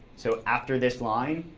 so after this line,